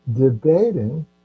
debating